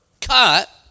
cut